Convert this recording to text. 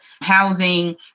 housing